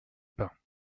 pins